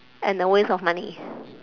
and a waste of money